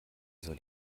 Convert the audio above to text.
soll